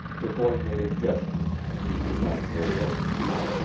the boy made a gesture he could not very well speak.